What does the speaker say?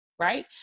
Right